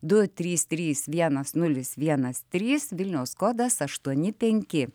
du trys trys vienas nulis vienas trys vilniaus kodas aštuoni penki